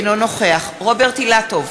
אינו נוכח רוברט אילטוב,